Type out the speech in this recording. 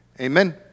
Amen